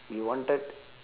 you wanted